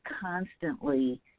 constantly